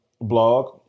blog